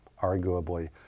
arguably